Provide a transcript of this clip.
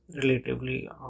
relatively